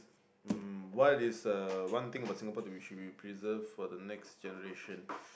um why is uh one thing about Singapore that we should preserve for the next generation